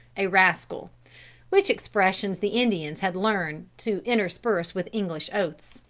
a rascal which expressions the indians had learned to intersperse with english oaths.